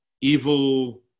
evil